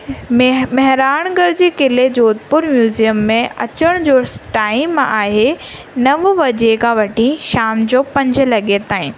मे Mehrangarh जी क़िले जोधपुर जे में अचण जो टाइम आहे नव बजे खां वठी शाम जो पंज लॻे ताईं